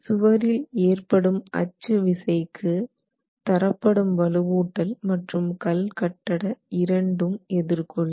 சுவரில் ஏற்படும் அச்சு விசைக்கு தரப்படும் வலுவூட்டல் மற்றும் கல் கட்டட இரண்டும் எதிர்கொள்ளும்